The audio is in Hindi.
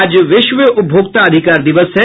आज विश्व उपभोक्ता अधिकार दिवस है